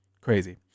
crazy